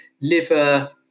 liver